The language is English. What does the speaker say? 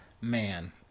man